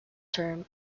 term